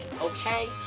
okay